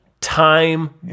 time